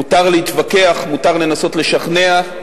מותר להתווכח, מותר לנסות לשכנע.